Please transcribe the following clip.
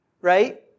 right